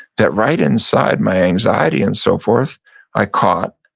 that right inside my anxiety and so forth i caught,